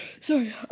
Sorry